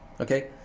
okay